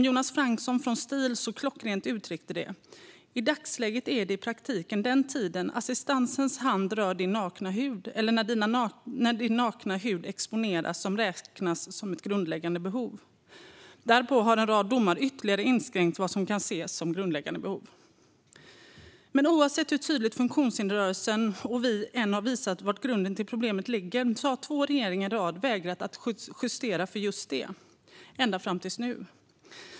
Jonas Franksson från STIL uttryckte det så klockrent: I dagsläget är det i praktiken den tid assistentens hand rör din nakna hud eller när din nakna hud exponeras som räknas som ett grundläggande behov. Därpå har en rad domar ytterligare inskränkt vad som kan ses som grundläggande behov. Men oavsett hur tydligt funktionshinderrörelsen och vi har visat var grunden till problemet ligger har två regeringar i rad vägrat att justera för just det, ända fram till nu.